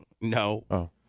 no